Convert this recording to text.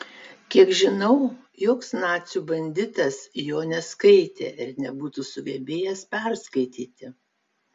kiek žinau joks nacių banditas jo neskaitė ir nebūtų sugebėjęs perskaityti